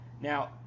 Now